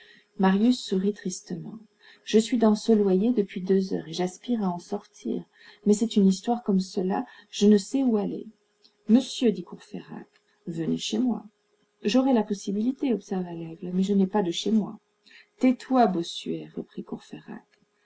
marius sourit tristement je suis dans ce loyer depuis deux heures et j'aspire à en sortir mais c'est une histoire comme cela je ne sais où aller monsieur dit courfeyrac venez chez moi j'aurais la priorité observa laigle mais je n'ai pas de chez moi tais-toi bossuet reprit